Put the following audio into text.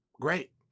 Great